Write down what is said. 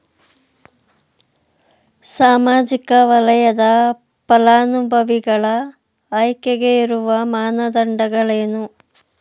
ಸಾಮಾಜಿಕ ವಲಯದ ಫಲಾನುಭವಿಗಳ ಆಯ್ಕೆಗೆ ಇರುವ ಮಾನದಂಡಗಳೇನು?